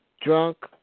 drunk